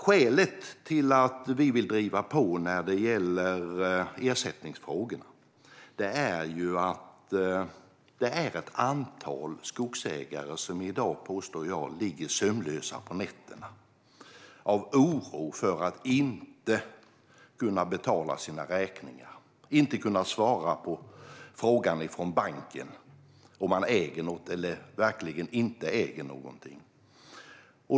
Skälet till att vi vill driva på när det gäller ersättningsfrågor är att ett antal skogsägare i dag, påstår jag, ligger sömnlösa på nätterna av oro för att inte kunna betala sina räkningar och inte kunna svara på frågan från banken om man äger något eller verkligen inte gör det.